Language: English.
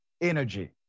energy